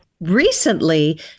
recently